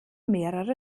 mehrere